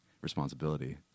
responsibility